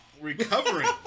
Recovering